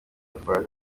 twaje